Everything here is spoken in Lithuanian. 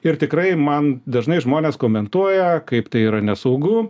ir tikrai man dažnai žmonės komentuoja kaip tai yra nesaugu